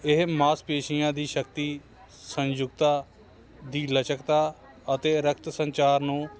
ਇਹ ਮਾਸਪੇਸ਼ੀਆਂ ਦੀ ਸ਼ਕਤੀ ਸੰਯੁਕਤਾ ਦੀ ਲਚਕਤਾ ਅਤੇ ਰਕਤ ਸੰਚਾਰ ਨੂੰ